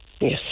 Yes